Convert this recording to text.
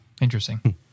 Interesting